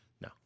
No